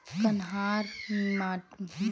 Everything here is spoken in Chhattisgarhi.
कन्हार माटी म गन्ना लगय सकथ न का?